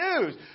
news